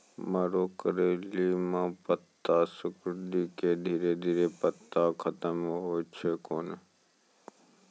मरो करैली म पत्ता सिकुड़ी के धीरे धीरे पत्ता खत्म होय छै कैनै?